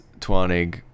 Twanig